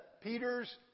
Peter's